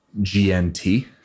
GNT